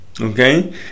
okay